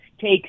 take